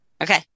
Okay